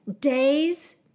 Days